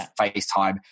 FaceTime